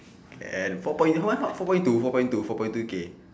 can four point what four point two four point two four point two K